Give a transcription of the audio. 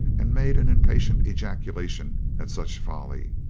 and made an impatient ejaculation at such folly.